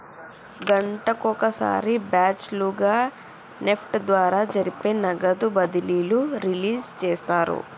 గంటకొక సారి బ్యాచ్ లుగా నెఫ్ట్ ద్వారా జరిపే నగదు బదిలీలు రిలీజ్ చేస్తారు